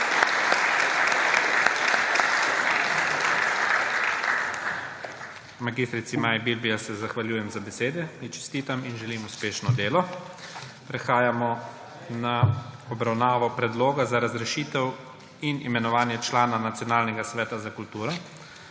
Mag. Maji Bilbija se zahvaljujem za besede, ji čestitam in želim uspešno delo. Prehajamo na obravnavo Predloga za razrešitev in imenovanje člana Nacionalnega sveta za kulturo.